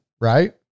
right